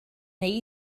neu